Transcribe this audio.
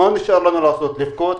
מה נשאר לנו לעשות, לבכות?